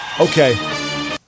Okay